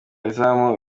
izamu